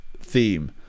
theme